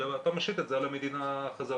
אתה משית את זה על המדינה חזרה,